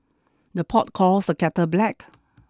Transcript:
the pot calls the kettle black